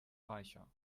reicher